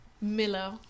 Miller